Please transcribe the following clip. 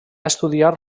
estudiar